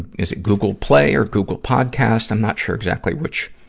is it google play or google podcast. i'm not sure exactly which,